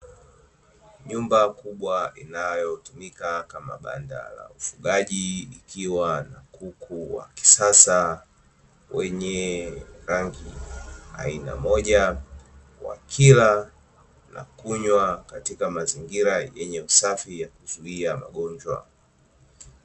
Nyumba kubwa inayotumika kama banda la ufugaji, ikiwa na kuku wa kisasa wenye rangi aina moja. Wakila na kunywa katika mazingira yenye usafi ya kuzuia magonjwa.